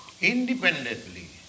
Independently